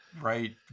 right